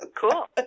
Cool